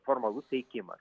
formalus teikimas